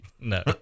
No